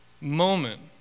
moment